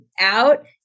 out